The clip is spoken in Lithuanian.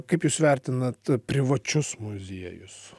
kaip jūs vertinat privačius muziejus